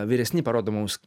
vyresni parodo mums